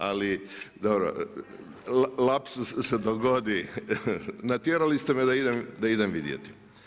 Ali, dobro, lapsus se dogodi, natjerali ste me da idem vidjeti.